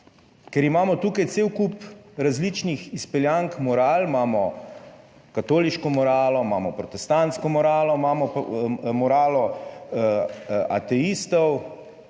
Ker imamo tukaj cel kup različnih izpeljank moral, imamo katoliško moralo, imamo protestantsko moralo, imamo moralo ateistov.